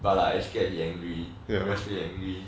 but like I scared he angry scared he angry